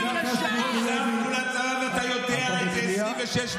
מניעת נשירה בעת הזו?